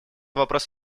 вопрос